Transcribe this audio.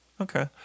Okay